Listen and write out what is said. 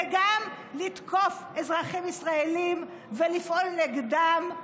וגם לתקוף אזרחים ישראלים ולפעול נגדם,